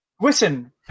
Listen